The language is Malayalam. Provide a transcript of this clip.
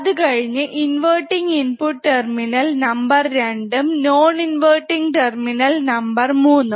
അതുകഴിഞ്ഞ് ഇൻവെർട്ടിങ് ഇൻപുട്ട് ടെർമിനൽ നമ്പർ രണ്ടും നോൺ ഇൻവെർട്ടിങ് ടെർമിനൽ നമ്പർ മൂന്നും